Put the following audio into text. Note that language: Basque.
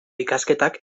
ikasketak